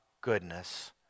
goodness